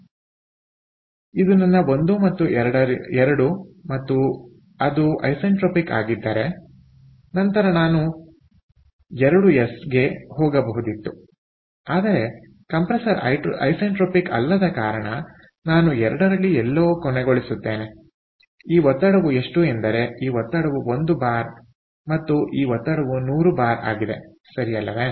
ಆದ್ದರಿಂದ ಇದು ನನ್ನ 1 ರಿಂದ 2 ಮತ್ತು ಅದು ಐಸೆಂಟ್ರೊಪಿಕ್ ಆಗಿದ್ದರೆ ನಂತರ ನಾನು 2ಎಸ್ ಗೆ ಹೋಗಬಹುದಿತ್ತು ಆದರೆ ಕಂಪ್ರೆಸರ್ ಐಸೆಂಟ್ರೊಪಿಕ್ ಅಲ್ಲದ ಕಾರಣ ನಾನು 2 ರಲ್ಲಿ ಎಲ್ಲೋ ಕೊನೆಗೊಳಿಸುತ್ತೇನೆ ಈ ಒತ್ತಡವು ಎಷ್ಟು ಎಂದರೆ ಈ ಒತ್ತಡವು ಒಂದು ಬಾರ್ ಮತ್ತು ಈ ಒತ್ತಡವು 100 ಬಾರ್ ಆಗಿದೆ ಸರಿ ಅಲ್ಲವೇ